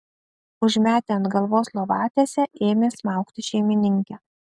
užmetę ant galvos lovatiesę ėmė smaugti šeimininkę